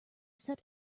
set